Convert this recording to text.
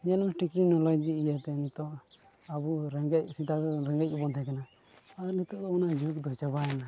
ᱧᱮᱞ ᱴᱮᱹᱠᱱᱤᱞᱚᱡᱤ ᱤᱭᱟᱹᱛᱮ ᱱᱤᱛᱚᱜ ᱟᱵᱚ ᱨᱮᱸᱜᱮᱡ ᱥᱮᱫᱟᱭ ᱫᱚ ᱨᱮᱸᱜᱮᱡ ᱜᱮᱵᱚᱱ ᱛᱟᱦᱮᱸ ᱠᱟᱱᱟ ᱟᱨ ᱱᱤᱛᱚᱜ ᱫᱚ ᱚᱱᱟ ᱡᱩᱜᱽ ᱫᱚ ᱪᱟᱵᱟᱭᱱᱟ